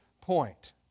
point